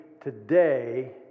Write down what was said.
today